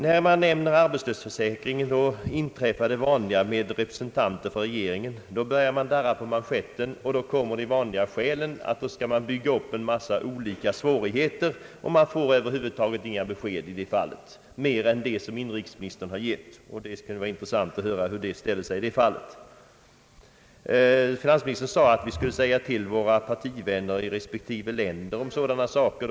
När man nämner arbetslöshetsförsäkringen inträffar det vanliga med representanter för regeringen; de börjar darra på manschetten, och då kommer de vanliga skälen: man bygger upp en massa olika svårigheter, och det går inte att över huvud taget få något besked mer än det inrikesministern har givit. Finansministern sade att vi skulle tala med våra respektive partivänner i grannländerna.